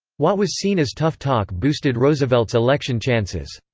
what was seen as tough talk boosted roosevelt's election chances.